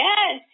Yes